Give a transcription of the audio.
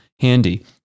handy